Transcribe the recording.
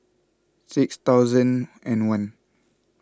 six thousand and one